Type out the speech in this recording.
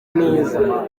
neza